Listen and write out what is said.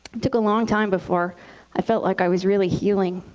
took a long time before i felt like i was really healing.